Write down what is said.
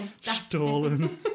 Stolen